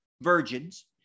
virgins